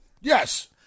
Yes